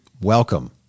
Welcome